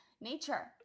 nature